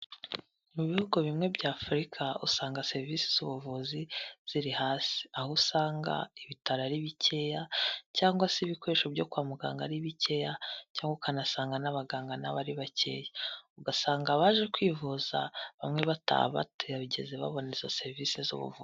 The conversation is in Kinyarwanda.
Mu bihugu bimwe bya Afurika usanga serivisi z'ubuvuzi ziri hasi, aho usanga ibitaro ari bikeya cyangwa se ibikoresho byo kwa muganga ari bikeya, cyangwa ukanasanga n'abaganga nabo aribakeya, ugasanga abaje kwivuza bamwe bataha batigeze babona izo serivisi z'ubuvuzi.